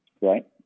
Right